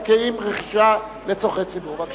פקודת הקרקעות (רכישה לצורכי ציבור) (מס' 3). בבקשה.